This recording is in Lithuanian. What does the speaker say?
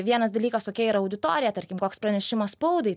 vienas dalykas kokia yra auditorija tarkim koks pranešimas spaudai